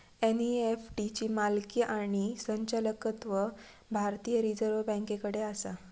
NEFT ची मालकी आणि संचालकत्व भारतीय रिझर्व बँकेकडे आसा